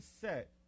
set